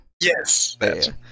yes